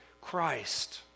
Christ